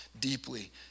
deeply